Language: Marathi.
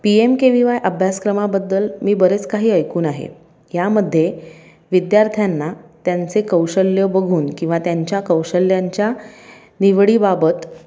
P M K V Y अभ्यासक्रमाबद्दल मी बरेच काही ऐकून आहे यामध्ये विद्यार्थ्यांना त्यांचे कौशल्य बघून किंवा त्यांच्या कौशल्यांच्या निवडीबाबत